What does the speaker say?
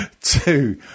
Two